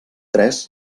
tres